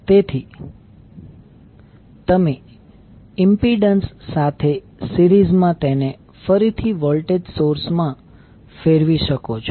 તેથી તમે ઇમ્પિડન્સ સાથે સીરીઝમાં તેને ફરીથી વોલ્ટેજ સોર્સ માં ફેરવી શકો છો